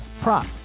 prop